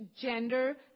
gender